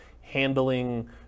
handling